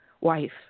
wife